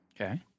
Okay